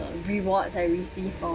the rewards I received for